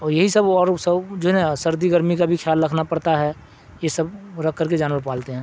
اور یہی سب اور سب جو ہے نا سردی گرمی کا بھی خیال رکھنا پڑتا ہے یہ سب رکھ کر کے جانور پالتے ہیں